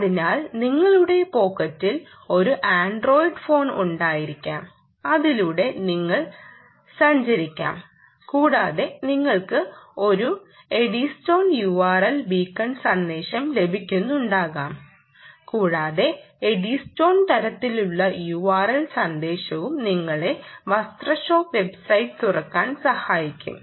അതിനാൽ നിങ്ങളുടെ പോക്കറ്റിൽ ഒരു ആൻഡ്രോയിഡ് ഫോൺ ഉണ്ടായിരിക്കാം അതിലൂടെ നിങ്ങൾ സഞ്ചരിക്കാം കൂടാതെ നിങ്ങൾക്ക് ഒരു എഡ്ഡിസ്റ്റോൺ URL ബീക്കൺ സന്ദേശം ലഭിക്കുന്നുണ്ടാകാം കൂടാതെ എഡ്ഡിസ്റ്റോൺ തരത്തിലുള്ള URL സന്ദേശവും നിങ്ങളെ വസ്ത്ര ഷോപ്പ് വെബ്സൈറ്റ് തുറക്കാൻ സഹായിക്കും